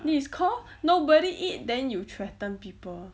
this is call nobody eat then you threaten people